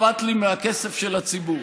אכפת לי מהכסף של הציבור.